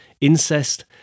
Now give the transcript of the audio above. incest